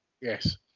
yes